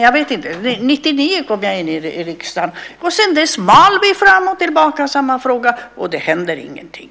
Jag kom in i riksdagen 1999, och sedan dess mal vi samma fråga fram och tillbaka, och det händer ingenting.